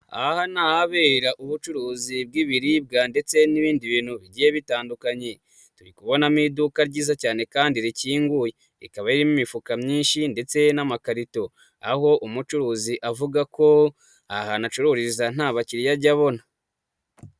Aha ni ahabera ubucuruzi bw'ibiribwa ndetse n'ibindi bintu bigiye bitandukanye turi kubonamo iduka ryiza cyane kandi rikinguye, rikaba ririmo imifuka myinshi ndetse n'amakarito. Aho umucuruzi avuga ko aha hantu acururiza nta bakiriya ajya abona.